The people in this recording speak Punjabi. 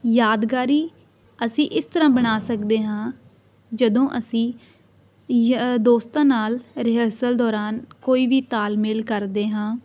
ਯਾਦਗਾਰੀ ਅਸੀਂ ਇਸ ਤਰ੍ਹਾਂ ਬਣਾ ਸਕਦੇ ਹਾਂ ਜਦੋਂ ਅਸੀਂ ਯ ਦੋਸਤਾਂ ਨਾਲ ਰਿਹਰਸਲ ਦੌਰਾਨ ਕੋਈ ਵੀ ਤਾਲਮੇਲ ਕਰਦੇ ਹਾਂ